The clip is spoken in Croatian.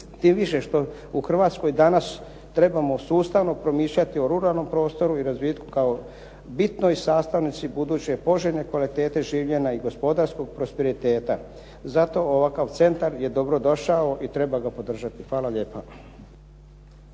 tim više što u Hrvatskoj danas trebamo sustavno promišljati o ruralnom prostoru i razvitku kao bitnoj sastavnici buduće poželjne kvalitete življenja i gospodarskog prosperiteta. Zato ovakav centar je dobro došao i treba ga podržati. Hvala lijepa.